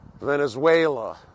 Venezuela